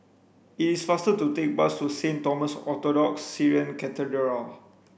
it is faster to take bus to Saint Thomas Orthodox Syrian Cathedral